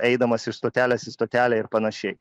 eidamas iš stotelės į stotelę ir panašiai